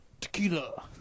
Tequila